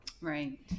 Right